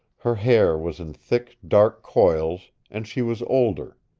her hair was in thick, dark coils, and she was older.